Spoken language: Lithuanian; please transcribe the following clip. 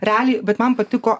realiai bet man patiko